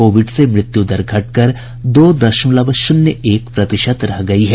Covid से मृत्युदर घटकर दो दशमलव शून्य एक प्रतिशत रह गई है